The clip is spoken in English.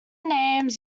names